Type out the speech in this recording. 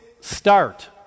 start